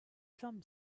drum